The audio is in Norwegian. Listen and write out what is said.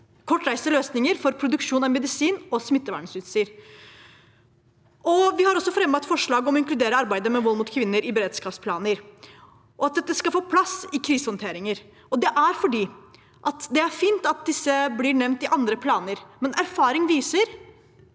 kortreiste løsninger for produksjon av medisin og smittevernutstyr. Vi har også fremmet et forslag om å inkludere arbeidet med vold mot kvinner i beredskapsplaner, og at dette skal få plass i krisehåndteringer. Det er fint at disse blir nevnt i andre planer, men erfaring viser